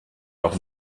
leur